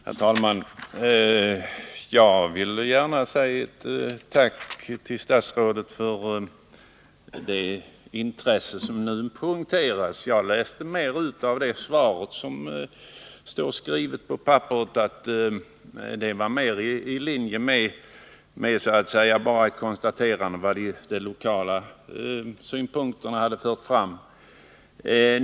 Herr talman! Jag vill gärna tacka statsrådet för det intresse han nu gav uttryck åt. Jag fick ut mera av det än av det som står skrivet i svaret, vilket bara innebar ett konstaterande av de lokala synpunkter som förts fram.